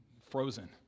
frozen